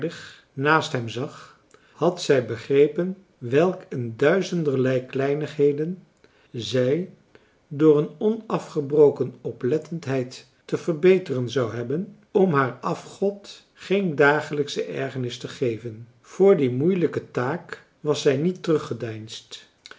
naast hem zag had zij begrepen welk een duizenderlei kleinigheden zij door een onafgebroken oplettendheid te verbeteren zou hebben om haar afgod geen dagelijksche ergenis te geven voor die moeilijke taak was zij niet